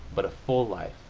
but a full life